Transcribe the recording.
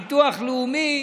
ביטוח לאומי,